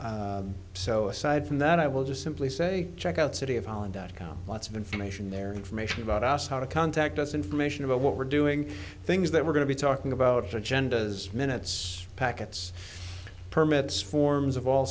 so aside from that i will just simply say check out city of holland dot com lots of information their information about us how to contact us information about what we're doing things that we're going to be talking about genders minutes packets permits forms of all